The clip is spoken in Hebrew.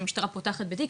שהמשטרה פותחת בתיק,